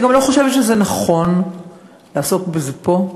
אני גם לא חושבת שזה נכון לעסוק בזה פה,